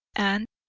and,